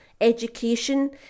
education